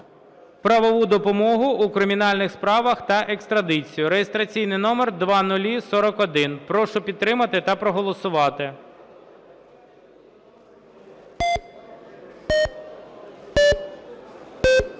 правову допомогу у кримінальних справах та екстрадицію (реєстраційний номер 0041). Прошу підтримати та проголосувати.